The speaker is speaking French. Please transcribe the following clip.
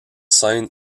scène